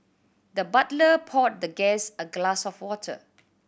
the butler poured the guest a glass of water